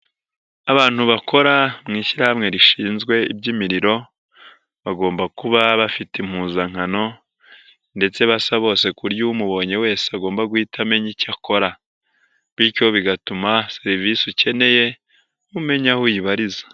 Abantu bakora mu ishyirahamwe rishinzwe iby'imiriro bagomba kuba bafite impuzankano ndetse basaba bose ku buryo umubonye wese agomba guhita amenyaya icyo akora bityo bigatuma serivisi ukeneye umenya aho uyibariza.